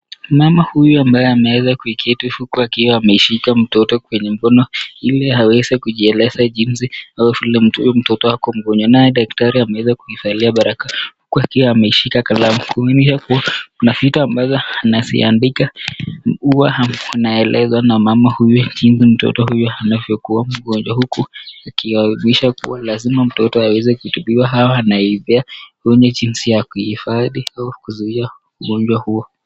Mama huyu ambaye ameweza kuiketia kiti huku akiwa ameshika mtoto kwenye mgono ile hawezi kujieleza jinsi au fulani mtoto wako mgonjwa. Naye daktari ameweza kuisalia baraka. Huku akiwa ameshika kalamu. Huku ni sasa kuna vitu ambazo anaziandika huwa anaelezwa na mama huyu jinsi mtoto huyu anavyokuwa mgonjwa huku akiwa amesha kuwa lazima mtoto aweze kutibiwa au anaivia kwenye jinsi ya kuhifadhi au kuzuia ugonjwa huo.